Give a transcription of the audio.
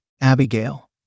Abigail